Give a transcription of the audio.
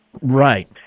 Right